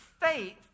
faith